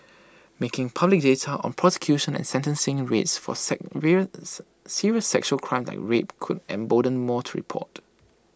making public data on prosecution and sentencing rates for serious sexual crimes like rape could embolden more to report